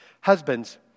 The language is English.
Husbands